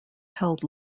held